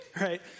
right